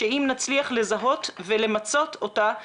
שאם נצליח לזהות ולמצות אותה,